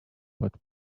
but